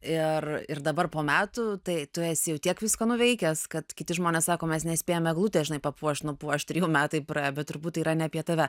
ir ir dabar po metų tai tu esi jau tiek visko nuveikęs kad kiti žmonės sako mes nespėjam eglutės žinai papuošt nupuošt ir jau metai praėjo bet turbūt tai yra ne apie tave